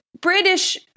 British